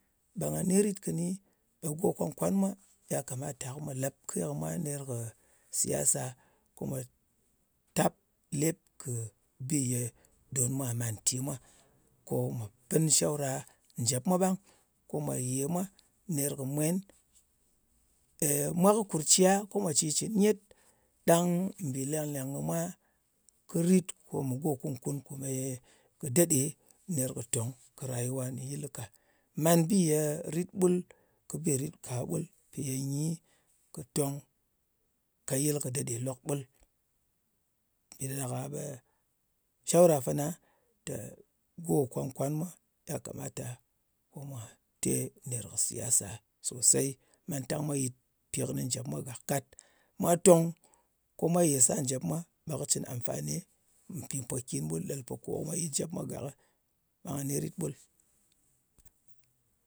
Ɓe nga ni rit kɨnɨ ɓe go kwan-kwan mwa, ɓe ya kamata ko mwa lep ke kɨ mwa ner kɨ siyasa, ko mwa tap lep kɨ bi dòn mwà màn nti mwa. Ko mwa pɨn shawra nlèp mwa ɓang. Ko mwà yè mwa ner kɨ mwen ner kɨ mwen. mwa kɨ kurciya ko mwa cɨn shitcɨn nyet, ɗang mbì leng-èng kɨ mwa kɨ rit ko mɨ go kun-kun kone ye kɨ ɗaɗe ner kɨ tong kɨ rayuwa nɗin yɨl ka. Man bi ye rit ɓul, kɨ bi ye ritka ɓul. Mpì ye nyi kɨ tong ka yɨl kɨ daɗe lok ɓul. Mpì ɗa ɗak-a ɓe shawra fana tè go kwan-kwan mwa, ya kamata ko mwa te ner kɨ siyasa sosey, mantang mwa yit pi kɨni nkèp mwa gak kat. Mwa tong ko mwa yē sar njep mwa ɓe kɨ cɨn amfani mpì pokin ɓul ɗel kò ko mwa yɨt njep mwa gak ɓe nga ni rit ɓul.